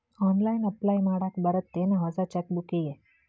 online apply ಮಾಡಾಕ್ ಬರತ್ತೇನ್ ಹೊಸ ಚೆಕ್ ಬುಕ್ಕಿಗಿ